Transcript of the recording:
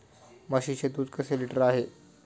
म्हशीचे दूध कसे लिटर आहे?